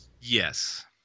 Yes